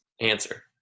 answer